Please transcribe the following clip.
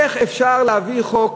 איך אפשר להעביר חוק